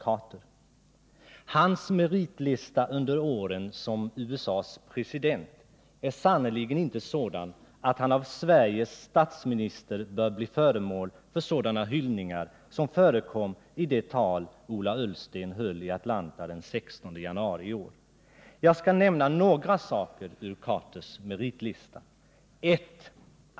President Carters meritlista under åren som USA:s president är sannerligen inte sådan, att han av Sveriges statsminister bör bli föremål för sådana hyllningar som förekom i det tal Ola Ullsten höll i Atlanta den 16 januari i år. Jag skall ange några saker ur meritlistan: 1.